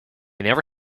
never